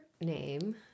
name